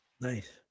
Nice